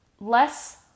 less